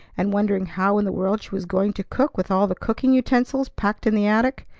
and wondering how in the world she was going to cook with all the cooking-utensils packed in the attic.